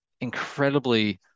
incredibly